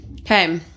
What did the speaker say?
Okay